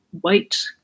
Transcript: white